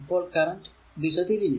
അപ്പോൾ കറന്റ് ദിശ തിരിഞ്ഞു